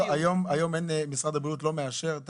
למה, היום משרד הבריאות לא מאשר?